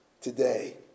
today